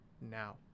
now